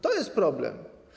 To jest problem.